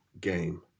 game